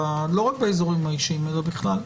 לא רק באזורים האישיים אלא בכלל.